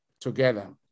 together